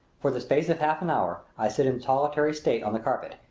for the space of half an hour, i sit in solitary state on the carpet,